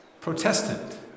Protestant